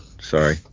Sorry